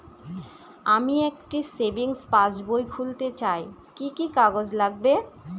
আমি একটি সেভিংস পাসবই খুলতে চাই কি কি কাগজ লাগবে?